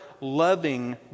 loving